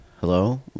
Hello